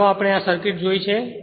અગાઉ આપણે આ સર્કિટ જોઈ છે